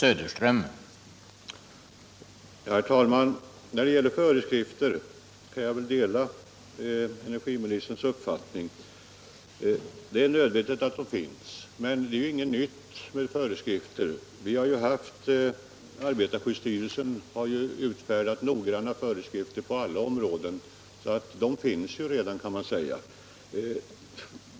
Herr talman! När det gäller föreskrifter kan jag dela energiministerns uppfattning. Det är nödvändigt att de finns, men det är ingenting nytt! Arbetarskyddsstyrelsen har utfärdat noggranna föreskrifter på alla områden.